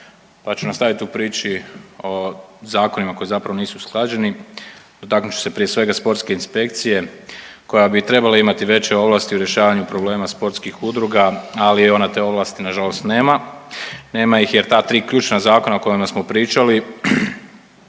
pa ću nastaviti u priči o zakonima koji zapravo nisu usklađeni. Dotaknut ću se prije svega sportske inspekcije koja bi trebala imati veće ovlasti u rješavanju problema sportskih udruga, ali ona te ovlasti nažalost nema. Nema ih jer ta tri ključna zakona o kojima smo pričali,